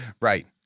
right